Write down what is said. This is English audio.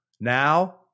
Now